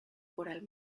coral